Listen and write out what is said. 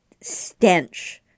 stench